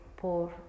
por